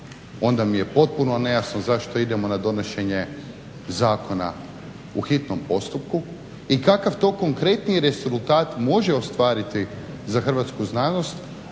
onda mi je potpuno nejasno zašto idemo na donošenje zakona u hitnom postupku i kakav to konkretniji rezultat može ostvariti za hrvatsku znanost